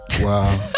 wow